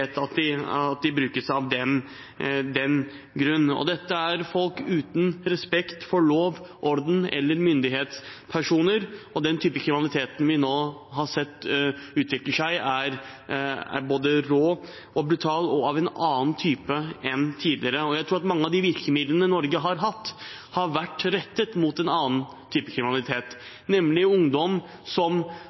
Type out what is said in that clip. at de brukes av den grunn. Dette er folk uten respekt for lov, orden eller myndighetspersoner. Den typen kriminalitet vi nå har sett utvikle seg, er både rå og brutal og av en annen type enn tidligere. Jeg tror mange av de virkemidlene Norge har hatt, har vært rettet mot en annen type kriminalitet, nemlig ungdom som